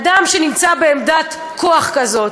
אדם שנמצא בעמדת כוח כזאת,